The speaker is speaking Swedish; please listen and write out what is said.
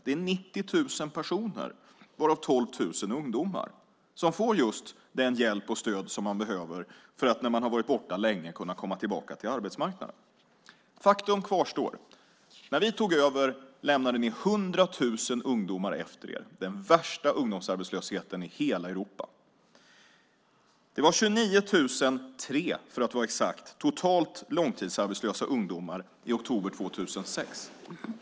Det är 90 000 personer, varav 12 000 ungdomar, som får just den hjälp och det stöd som man behöver för att kunna komma tillbaka till arbetsmarknaden när man har varit borta länge. Faktum kvarstår. När vi tog över lämnade ni 100 000 ungdomar efter er - den värsta ungdomsarbetslösheten i hela Europa. Det fanns totalt 29 003, för att vara exakt, långtidsarbetslösa ungdomar i oktober 2006.